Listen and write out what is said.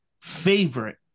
favorite